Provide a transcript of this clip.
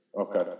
Okay